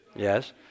Yes